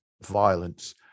violence